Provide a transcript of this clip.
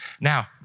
Now